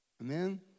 Amen